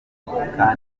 kagaragaza